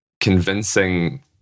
convincing